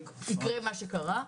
יקרה מה שקרה,